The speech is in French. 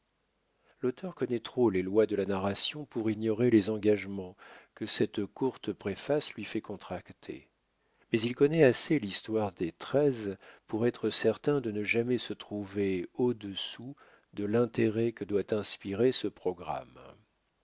l'auteur connaît trop les lois de la narration pour ignorer les engagements que cette courte préface lui fait contracter mais il connaît assez l'histoire des treize pour être certain de ne jamais se trouver au-dessous de l'intérêt que doit inspirer ce programme